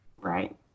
Right